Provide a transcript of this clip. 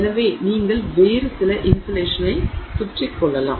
எனவே நீங்கள் வேறு சில இன்சுலேஷனை சுற்றிக் கொள்ளலாம்